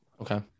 Okay